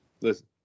Listen